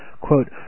quote